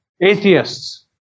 Atheists